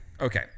Okay